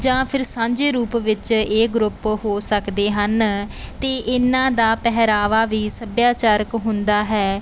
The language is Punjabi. ਜਾਂ ਫਿਰ ਸਾਂਝੇ ਰੂਪ ਵਿੱਚ ਇਹ ਗਰੁੱਪ ਹੋ ਸਕਦੇ ਹਨ ਅਤੇ ਇਹਨਾਂ ਦਾ ਪਹਿਰਾਵਾ ਵੀ ਸੱਭਿਆਚਾਰਕ ਹੁੰਦਾ ਹੈ